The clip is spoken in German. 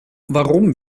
warum